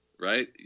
Right